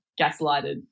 gaslighted